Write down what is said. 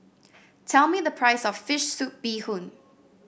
tell me the price of fish soup Bee Hoon